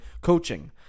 coaching